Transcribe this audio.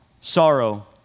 sorrow